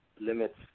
limits